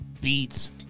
beats